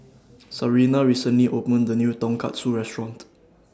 Sarina recently opened The New Tonkatsu Restaurant